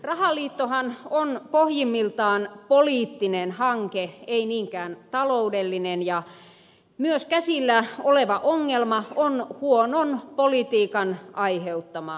rahaliittohan on pohjimmiltaan poliittinen hanke ei niinkään taloudellinen ja myös käsillä oleva ongelma on huonon politiikan aiheuttamaa